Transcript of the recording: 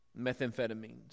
methamphetamines